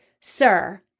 Sir